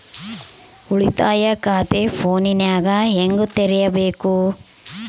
ಉಳಿತಾಯ ಖಾತೆ ಫೋನಿನಾಗ ಹೆಂಗ ತೆರಿಬೇಕು?